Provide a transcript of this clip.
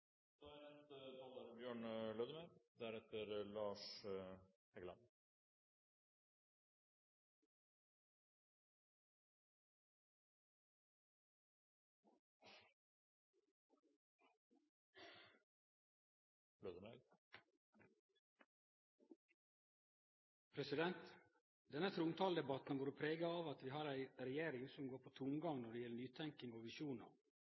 Denne trontaledebatten har vore prega av at vi har ei regjering som går på tomgang når det gjeld nytenking og visjonar.